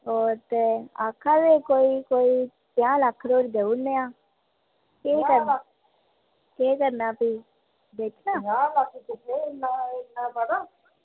ते आक्खा दे हे कोई कोई पंजाह् लक्ख धोड़ी देई ओड़ने आं केह् करना भी बेचना